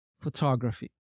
photography